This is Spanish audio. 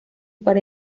para